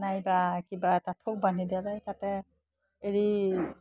নাইবা কিবা এটা থোক বান্ধি দিয়া যায় তাতে এৰী